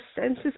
senses